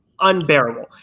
unbearable